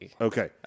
Okay